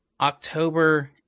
October